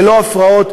ללא הפרעות.